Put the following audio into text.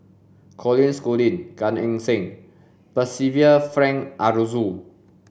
Colin Schooling Gan Eng Seng Percival Frank Aroozoo